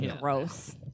Gross